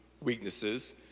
weaknesses